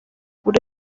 buri